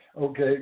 okay